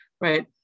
Right